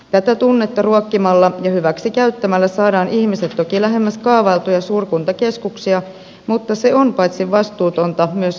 tätä tunnetta ruokkimalla ja hyväksi käyttämällä saadaan ihmiset toki lähemmäs kaavailtuja suurkuntakeskuksia mutta se on paitsi vastuutonta myös epäinhimillistä